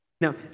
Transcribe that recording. Now